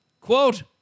quote